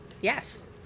Yes